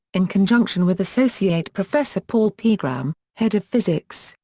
in conjunction with associate professor paul pigram, head of physics,